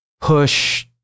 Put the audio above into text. push